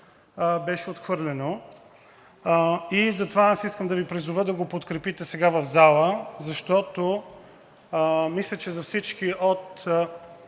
беше отхвърлено. Затова аз искам да призова да го подкрепите сега в залата. Мисля, че за всички от